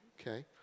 okay